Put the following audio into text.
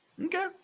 okay